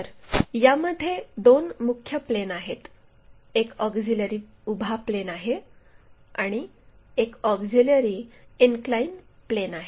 तर यामध्ये दोन मुख्य प्लेन आहेत एक ऑक्झिलिअरी उभा प्लेन आहे आणि एक ऑक्झिलिअरी इनक्लाइन प्लेन आहे